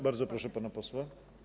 Bardzo proszę pana posła.